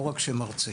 לא רק שם ארצי